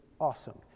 awesome